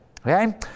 okay